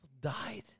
died